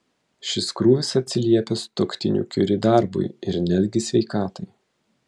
šis krūvis atsiliepia sutuoktinių kiuri darbui ir netgi sveikatai